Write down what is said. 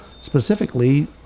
specifically